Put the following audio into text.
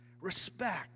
respect